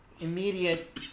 immediate